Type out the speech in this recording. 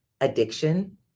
addiction